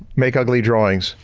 make ugly drawings.